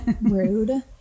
Rude